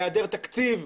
היעדר תקציב?